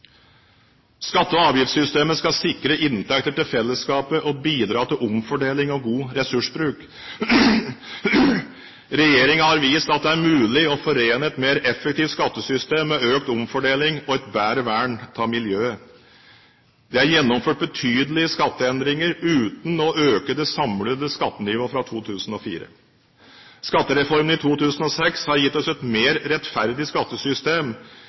Skatte- og avgiftssystemet skal sikre inntekter til fellesskapet og bidra til omfordeling og god ressursbruk. Regjeringen har vist at det er mulig å forene et mer effektivt skattesystem med økt omfordeling og et bedre vern av miljøet. Det er gjennomført betydelige skatteendringer uten å øke det samlede skattenivået fra 2004. Skattereformen i 2006 har gitt oss et mer rettferdig skattesystem